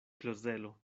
klozelo